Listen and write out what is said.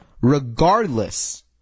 regardless